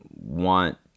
want